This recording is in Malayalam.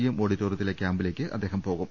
എം ഓഡിറ്റോറിയത്തിലെ കൃാമ്പിലേക്ക് അദ്ദേഹം പോകും